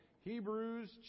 hebrews